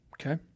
Okay